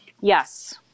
Yes